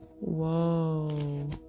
whoa